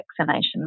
vaccination